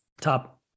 top